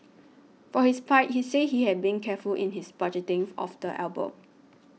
for his part he said he had been careful in his budgeting of the album